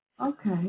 Okay